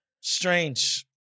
Strange